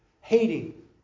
hating